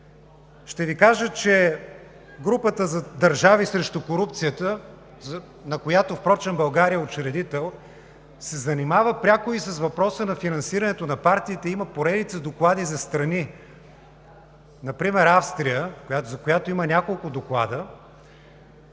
Ще Ви кажа, че групата държави срещу корупцията, на която впрочем България е учредител се занимава пряко и с въпроса на финансирането на партиите, и има поредица доклади за страни – например Австрия, за която има няколко доклада,